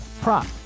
prop